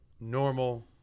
normal